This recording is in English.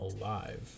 alive